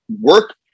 work